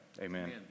Amen